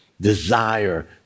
desire